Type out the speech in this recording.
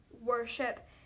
worship